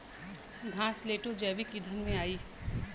घासलेटो जैविक ईंधन में आई